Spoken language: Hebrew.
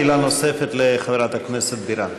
שאלה נוספת לחברת הכנסת בירן.